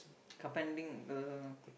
carpenting uh